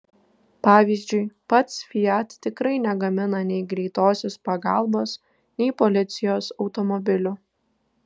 pavyzdžiui pats fiat tikrai negamina nei greitosios pagalbos nei policijos automobilių